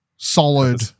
solid